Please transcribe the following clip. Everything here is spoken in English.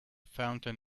fountain